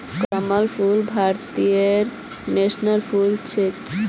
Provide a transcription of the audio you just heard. कमल फूल भारतेर नेशनल फुल छिके